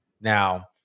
Now